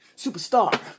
Superstar